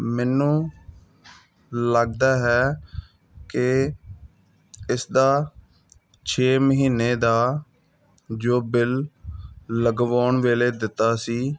ਮੈਨੂੰ ਲੱਗਦਾ ਹੈ ਕਿ ਇਸ ਦਾ ਛੇ ਮਹੀਨੇ ਦਾ ਜੋ ਬਿੱਲ ਲਗਵਾਉਣ ਵੇਲੇ ਦਿੱਤਾ ਸੀ